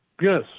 Yes